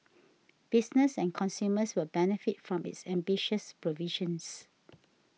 business and consumers will benefit from its ambitious provisions